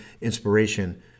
inspiration